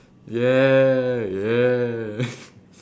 yeah yeah